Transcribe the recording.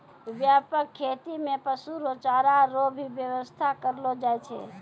व्यापक खेती मे पशु रो चारा रो भी व्याबस्था करलो जाय छै